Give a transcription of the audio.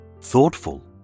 thoughtful